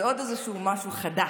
זה עוד משהו חדש,